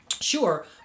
sure